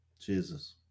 Jesus